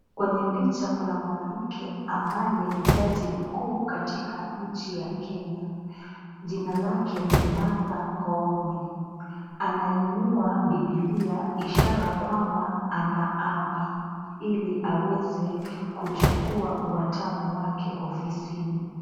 Kwenye picha kuna mwanamke ambaye ni jaji mkuu katika nchi ya Kenya. Jina lake ni Martha Koome. Anainua bibilia ishara kwamba anaapa ili aweze kuchukua watamu wake ofisini.